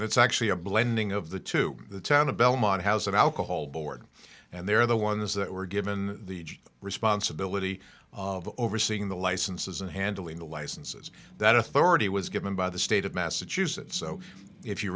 it's actually a blending of the two the town of belmont has an alcohol board and they're the ones that were given the responsibility of overseeing the licenses and handling the licenses that authority was given by the state of massachusetts so if you